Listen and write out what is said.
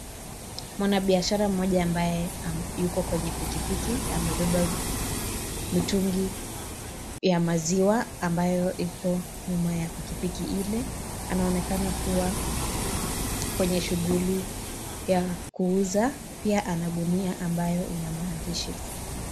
Mwanabiashara mmoja ambaye yuko kwenye pikipiki, amebeba mitungi ya maziwa ambayo iko nyuma ya pikipiki ile, anonekana kuwa kwanye shughuli ya kuuza, pia ana gunia ambayo ina maandishi.